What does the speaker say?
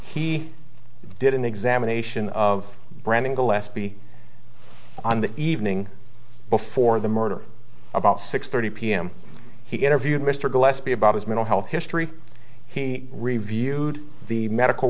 he did an examination of branding gillespie on the evening before the murder about six thirty pm he interviewed mr gillespie about his mental health history he reviewed the medical